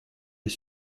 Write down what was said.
les